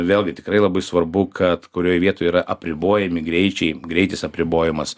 vėlgi tikrai labai svarbu kad kurioj vietoj yra apribojami greičiai greitis apribojamas